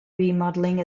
remodeling